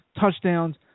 touchdowns